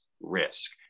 risk